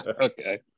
Okay